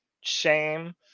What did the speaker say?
shame